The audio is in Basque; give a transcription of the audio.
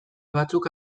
batzuk